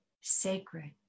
sacred